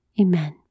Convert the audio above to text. Amen